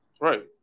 Right